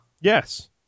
Yes